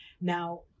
Now